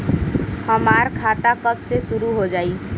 हमार खाता कब से शूरू हो जाई?